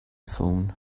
phone